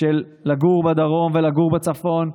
של לגור בדרום ולגור בצפון,